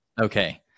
Okay